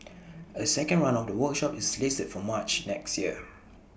A second run of the workshop is slated for March next year